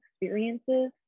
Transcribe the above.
experiences